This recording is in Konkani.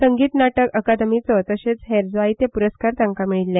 संगीत नाटक अकादमीचो तशेच हेर जायते प्रस्कार तांका मेळळील्ले